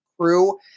crew